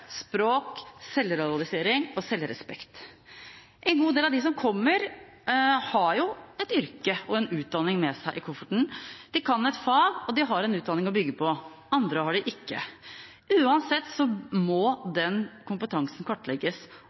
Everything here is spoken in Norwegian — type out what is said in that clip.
språk, selvrealisering og selvrespekt. En god del av dem som kommer, har et yrke og en utdanning med seg i kofferten. De kan et fag, og de har en utdanning å bygge på. Andre har det ikke. Uansett må den kompetansen kartlegges,